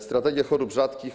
Strategia dla chorób rzadkich.